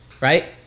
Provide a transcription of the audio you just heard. right